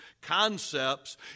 concepts